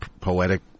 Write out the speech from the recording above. poetic